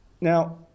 Now